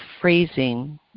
phrasing